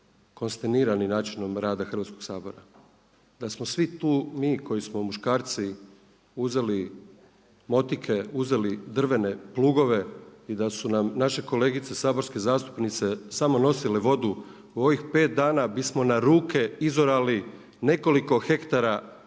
konstinirani načinom rada Hrvatskog sabora. Da smo svi tu mi koji smo muškarci uzeli motike, uzeli drvene plugove i da su nam naše kolegice saborske zastupnice samo nosile vodu u ovih 5 dana bismo na ruke izorali nekoliko hektara